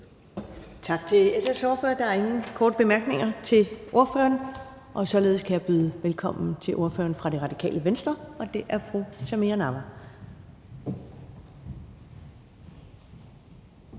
Tak til SF's ordfører. Der er ingen korte bemærkninger til ordføreren, og således kan jeg byde velkommen til ordføreren for Radikale Venstre, og det er fru Samira Nawa.